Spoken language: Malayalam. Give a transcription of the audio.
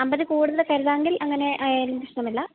അമ്പതില് കൂടുതൽ കരുതാമെങ്കിൽ അങ്ങനെയായാലും പ്രശ്നമില്ല